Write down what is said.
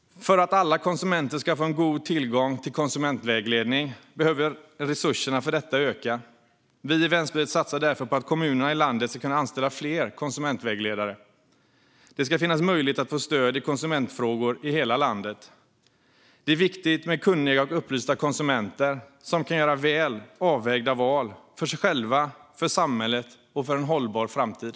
För att alla konsumenter ska få god tillgång till konsumentvägledning behöver resurserna till detta öka. Vi i Vänsterpartiet satsar därför på att kommunerna i landet ska kunna anställa fler konsumentvägledare. Det ska finnas möjlighet att få stöd i konsumentfrågor i hela landet. Det är viktigt med kunniga och upplysta konsumenter som kan göra väl avvägda val - för sig själva, för samhället och för en hållbar framtid.